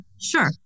sure